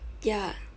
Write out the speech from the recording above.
ya